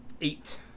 Eight